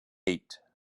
eight